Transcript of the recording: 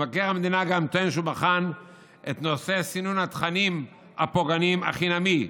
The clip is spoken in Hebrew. מבקר המדינה גם טוען שהוא בחן את נושא סינון התכנים הפוגעניים החינמי.